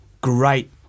great